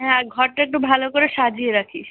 হ্যাঁ আর ঘরটা একটু ভালো করে সাজিয়ে রাখিস